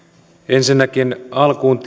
ensinnäkin alkuun